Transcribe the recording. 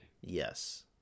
Yes